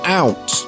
out